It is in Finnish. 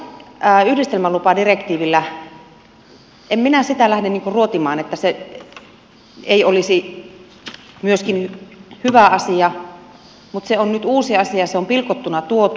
totta kai en minä sitä lähde ruotimaan että se ei olisi myöskin hyvä asia mutta se on nyt uusi asia se on pilkottuna tuotu